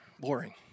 boring